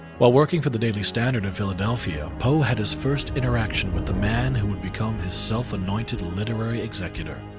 while working for the daily standard of philadelphia, poe had his first interaction with the man who would become his self-anointed literary executor,